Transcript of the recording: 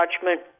judgment